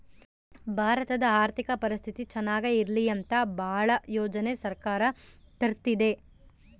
ಭಾರತದ ಆರ್ಥಿಕ ಪರಿಸ್ಥಿತಿ ಚನಾಗ ಇರ್ಲಿ ಅಂತ ಭಾಳ ಯೋಜನೆ ಸರ್ಕಾರ ತರ್ತಿದೆ